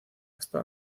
hasta